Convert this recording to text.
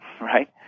right